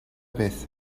vez